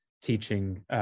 teaching